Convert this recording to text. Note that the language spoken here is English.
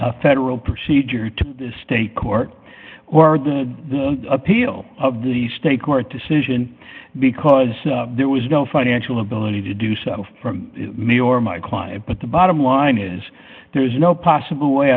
the federal procedure to state court or the appeal of the state court decision because there was no financial ability to do so for me or my client but the bottom line is there is no possible way